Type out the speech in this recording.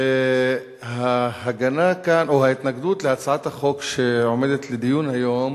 ההתנגדות להצעת החוק שעומדת לדיון היום